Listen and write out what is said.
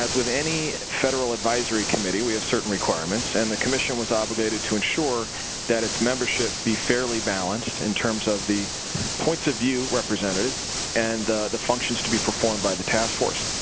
with any federal advisory committee, we have certain requirements and the commission was obligated to ensure that it's membership be fairly balanced in terms of the points of view represented and the the functions to be performed by the task force.